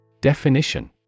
Definition